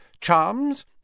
Charms